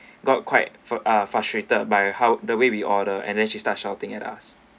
got quite ah frustrated by how the way we order and then she start shouting at us